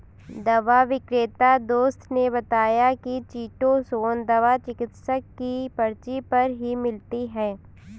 दवा विक्रेता दोस्त ने बताया की चीटोसोंन दवा चिकित्सक की पर्ची पर ही मिलती है